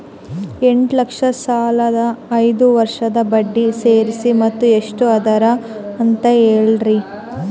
ಎಂಟ ಲಕ್ಷ ಸಾಲದ ಐದು ವರ್ಷದ ಬಡ್ಡಿ ಸೇರಿಸಿ ಮೊತ್ತ ಎಷ್ಟ ಅದ ಅಂತ ಹೇಳರಿ?